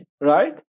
right